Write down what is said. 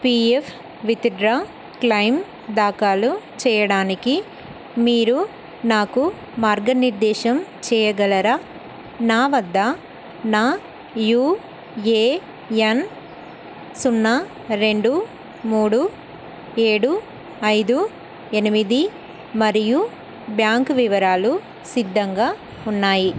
PF withdraw claim దాఖాలో చేయడానికి మీరు నాకు మార్గనిర్దేశం చేయగలరా నా వద్ద నా యుఏఎన్ సున్నా రెండు మూడు ఏడు ఐదు ఎనిమిది మరియు బ్యాంకు వివరాలు సిద్ధంగా ఉన్నాయి